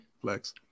flex